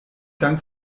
dank